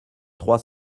trois